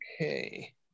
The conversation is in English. okay